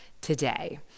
today